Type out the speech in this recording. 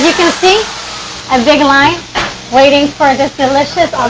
can see a big line waiting for this delicious